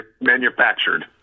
manufactured